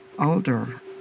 older